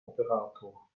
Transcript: operator